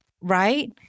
Right